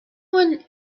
one